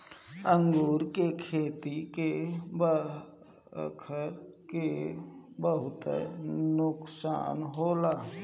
अंगूर के खेती के बरखा से बहुते नुकसान होला